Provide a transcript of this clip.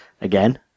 again